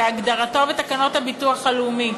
כהגדרתו בתקנות הביטוח הלאומי,